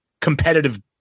competitive